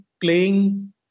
playing